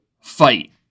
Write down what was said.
fight